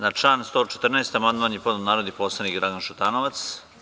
Na član 114. amandman je podneo narodni poslanik Dragan Šutanovac.